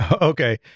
okay